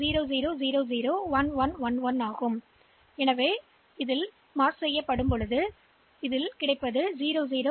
உள்ளடக்கத்துடன் நாம் நேரம் 2835 ஐப் பார்க்கவும் எனவே 0 FX 0 0 0 0 1 1 1 1 உடன் முடிவடைந்தால் இதைப் பெறுவோம் பேட் அனைத்து பூஜ்ஜியமாக மாறும்